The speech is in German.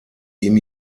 ihm